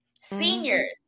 Seniors